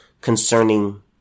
concerning